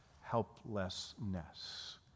helplessness